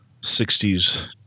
60s